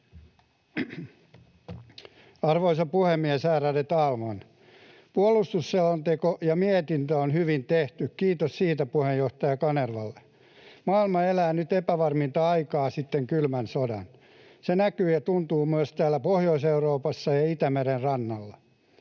Arvoisa puhemies, ärade talman! Puolustusselonteko ja mietintö on hyvin tehty — kiitos siitä puheenjohtaja Kanervalle. Maailma elää nyt epävarminta aikaa sitten kylmän sodan. Se näkyy ja tuntuu myös täällä Pohjois-Euroopassa ja Itämeren rannalla.